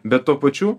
bet tuo pačiu